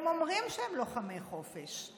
הם אומרים שהם לוחמי חופש.